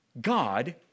God